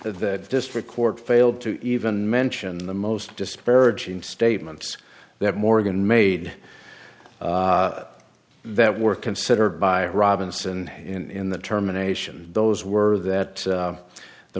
the district court failed to even mention the most disparaging statements that morgan made that were considered by robinson in the terminations those were that